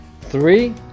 Three